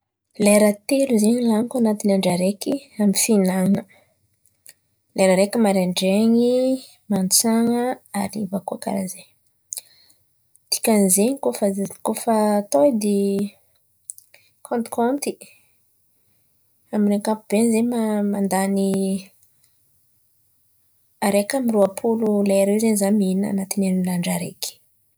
Lera telo zen̈y laniko anatiny andra araiky amin'ny fihinan̈ana. Lera araiky maraindrainy, matsan̈a, hariva koà karà zen̈y. Dikan'zen̈y kôa fa kôa fa atao edy kaonty kaonty amin'ny ankapobeany zen̈y mety mandany araiky amby roapolo lera eo zen̈y izaho mihinà anatiny herinandra araiky.